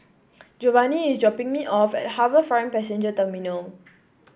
Jovani is dropping me off at HarbourFront Passenger Terminal